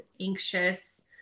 anxious